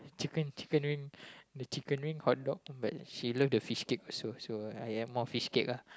chicken chicken wing the chicken wing hot dog but she love the fishcake also so I add more fishcake lah